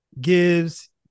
gives